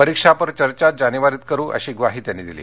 परीक्षापर चर्चाजानेवारीत करू अशी ग्वाही त्यांनी दिली